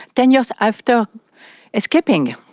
ten years after escaping.